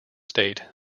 state